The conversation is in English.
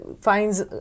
finds